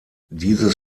dieses